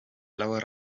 blauer